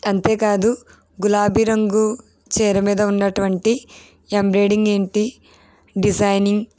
అంతేకాదు గులాబీ రంగు చీర మీద ఉన్నటువంటి ఎంబ్రాయిడింగ్ ఏంటి డిజైనింగ్